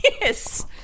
Yes